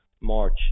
March